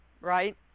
right